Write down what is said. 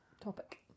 topic